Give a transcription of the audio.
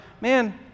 man